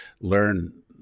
learn